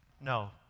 No